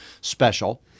special